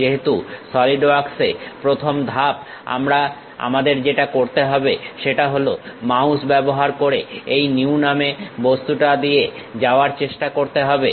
যেহেতু সলিড ওয়ার্কসে প্রথম ধাপ আমাদের যেটা করতে হবে সেটা হলো মাউস ব্যবহার করে এই নিউ নামে বস্তুটা দিয়ে যাওয়ার চেষ্টা করতে হবে